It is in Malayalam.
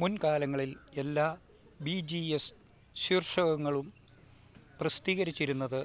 മുൻകാലങ്ങളിൽ എല്ലാ ബി ജി എസ് ശീർഷകങ്ങളും പ്രസിദ്ധീകരിച്ചിരുന്നത്